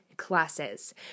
classes